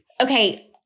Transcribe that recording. Okay